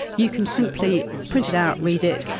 you can simply print it out, read it,